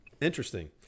interesting